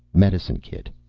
medicine kit.